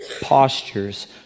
postures